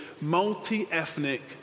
multi-ethnic